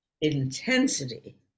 intensity